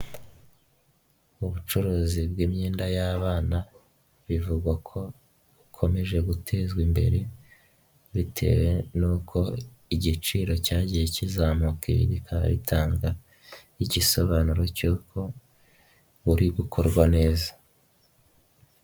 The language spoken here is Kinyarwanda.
Mu bucuruzi bw'imyenda y'abana, bivugwa ko bukomeje gutezwa imbere, bitewe n'uko igiciro cyagiye kizamuka ibi bikaba ritanga igisobanuro cy'uko buri gukorwa neza.